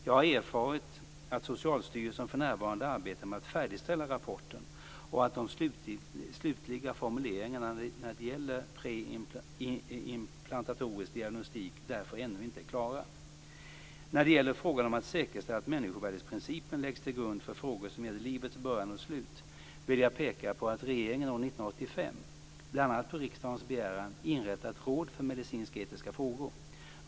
Jag har erfarit att Socialstyrelsen för närvarande arbetar med att färdigställa rapporten och att de slutliga formuleringarna när det gäller preimplantatorisk diagnostik därför ännu inte är klara. När det gäller frågan om att säkerställa att människovärdesprincipen läggs till grund för frågor som gäller livets början och slut vill jag peka på att regeringen år 1985, bl.a. på riksdagens begäran, inrättade ett råd för medicinsk-etiska frågor.